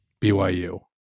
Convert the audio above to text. BYU